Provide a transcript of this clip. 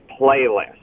playlist